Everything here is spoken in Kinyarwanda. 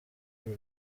uru